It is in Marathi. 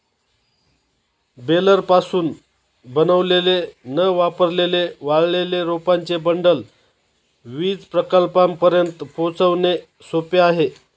बेलरपासून बनवलेले न वापरलेले वाळलेले रोपांचे बंडल वीज प्रकल्पांपर्यंत पोहोचवणे सोपे आहे